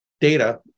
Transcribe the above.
data